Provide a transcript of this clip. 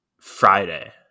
Friday